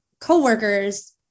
coworkers